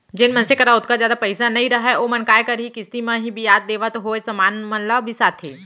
जेन मनसे करा ओतका जादा पइसा नइ रहय ओमन काय करहीं किस्ती म ही बियाज देवत होय समान मन ल बिसाथें